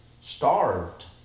starved